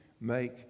make